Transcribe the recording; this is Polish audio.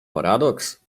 paradoks